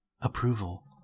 approval